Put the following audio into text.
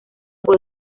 por